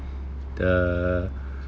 the